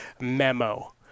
memo